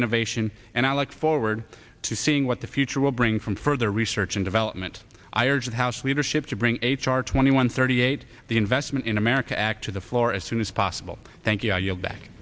innovation and i look forward to seeing what the future will bring from further research and development i urge the house leadership to bring h r twenty one thirty eight the investment in america act to the floor as soon as possible thank you